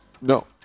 No